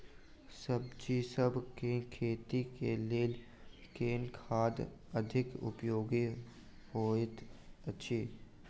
सब्जीसभ केँ खेती केँ लेल केँ खाद अधिक उपयोगी हएत अछि?